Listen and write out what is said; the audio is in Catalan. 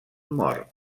mort